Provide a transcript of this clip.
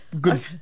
Good